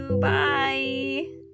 Bye